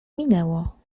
minęło